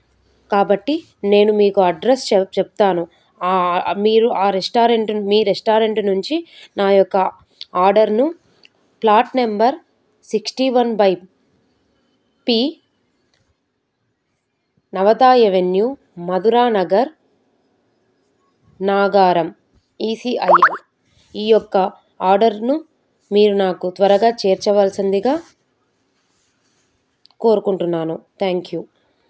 కాబట్టి నేను మీకు అడ్రస్ చెప్తాను మీరు ఆ రెస్టారెంట్ మీ రెస్టారెంట్ నుంచి నా యొక్క ఆర్డర్ను plot number sixty one by P Navata revenue Madhuranagar Nagaram ECI ఈ యొక్క ఆర్డర్ను మీరు నాకు త్వరగా చేర్చవలసిందిగా కోరుకుంటున్నాను త్యాంక్ యూ